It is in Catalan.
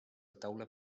taula